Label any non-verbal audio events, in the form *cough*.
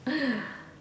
*noise*